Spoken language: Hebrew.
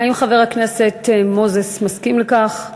האם חבר הכנסת מוזס מסכים לכך?